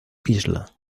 isla